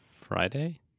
Friday